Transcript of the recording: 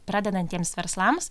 pradedantiems verslams